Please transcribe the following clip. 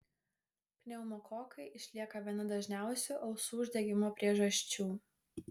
pneumokokai išlieka viena dažniausių ausų uždegimo priežasčių